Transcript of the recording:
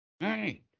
right